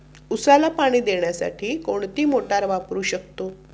उसाला पाणी देण्यासाठी कोणती मोटार वापरू शकतो?